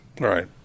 Right